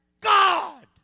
God